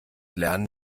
lernen